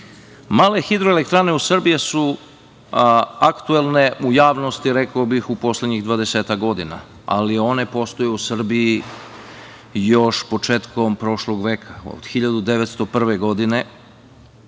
Male hidroelektrane u Srbiji su aktuelne u javnosti, rekao bih, u poslednjih 20-ak godina, ali one postoje u Srbiji od početka prošlog veka, od 1901. godine.